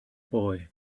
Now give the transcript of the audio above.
boy